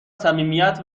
صمیمیت